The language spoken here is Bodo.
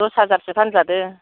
दस हाजारसो फानजादो